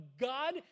God